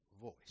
voice